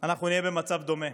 אנחנו נהיה במצב דומה.